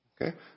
Okay